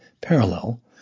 parallel